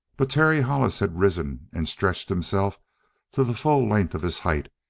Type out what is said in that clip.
but terry hollis had risen and stretched himself to the full length of his height,